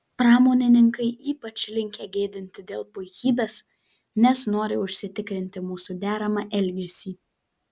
pramonininkai ypač linkę gėdinti dėl puikybės nes nori užsitikrinti mūsų deramą elgesį